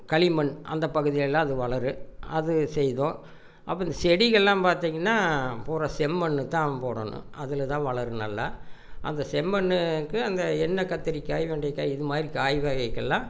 களிமண் அந்த பகுதியெல்லாம் அது வளரும் அது செய்தோம் அப்போ இந்த செடிகளெலாம் பார்த்தீங்ன்னா பூரா செம்மண்ணுதான் போடணும் அதில் தான் வளரும் நல்லா அந்த செம்மண்ணுக்கு அங்கே எண்ணய் கத்திரிக்காய் வெண்டைக்காய் இதுமாதிரி காய் வகைக்கெல்லாம்